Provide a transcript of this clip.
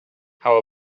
how